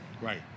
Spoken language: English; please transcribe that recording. Right